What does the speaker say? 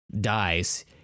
dies